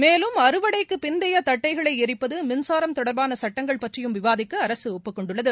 மேலும் அறுவடைக்கு பிந்தைய தட்டைகளை ளரிப்பது மின்சாரம் தொடர்பான சுட்டங்கள் பற்றியும் விவாதிக்க அரசு ஒப்புக் கொண்டுள்ளது